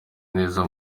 neza